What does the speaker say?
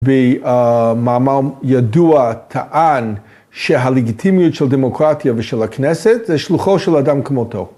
‫במאמר ידוע טען שהלגיטימיות ‫של דמוקרטיה ושל הכנסת ‫זה שלוחו של אדם כמותו.